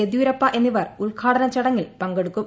യെദ്യൂരപ്പ എന്നിവർ ഉദ്ഘാടന ചടങ്ങിൽ പങ്കെടുക്കും